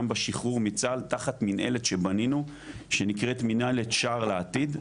בשחרור בצה"ל תחת מינהלת שבנינו שנקראת מינהלת שער לעתיד.